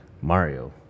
Mario